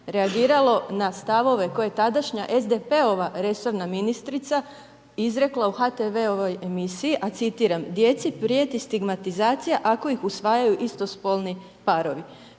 reagiralo na stavove koje tadašnja SDP-ova resorna ministrica izrekla u HTV-ovoj emisiji, a citiram: Djeci prijeti stigmatizacija ako ih usvajaju istospolni parovi.